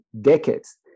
decades